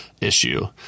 issue